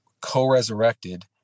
co-resurrected